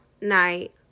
night